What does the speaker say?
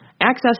access